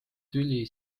tüli